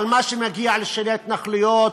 על מה שמגיע להתנחלויות,